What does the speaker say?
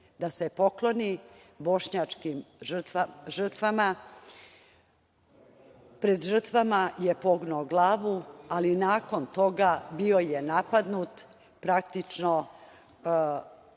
da se pokloni bošnjačkim žrtvama. Pred žrtvama je pognuo glavu, ali nakon toga bio je napadnut, praktično mu